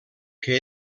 que